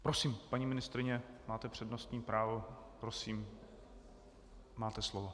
Prosím, paní ministryně, máte přednostní právo, prosím, máte slovo.